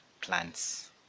plants